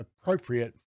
appropriate